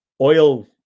oil